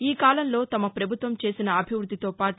ఈ కాలంలో తమ పభుత్వం చేసిన అభివృద్దితో పాటు